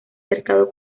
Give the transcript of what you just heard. cercado